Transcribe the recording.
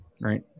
right